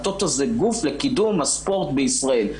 הטוטו זה גוף לקידום הספורט בישראל,